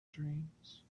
dreams